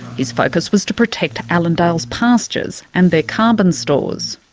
his focus was to protect allendale's pastures and their carbon stores.